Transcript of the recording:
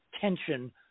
tension